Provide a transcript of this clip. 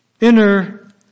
inner